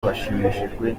bashimishijwe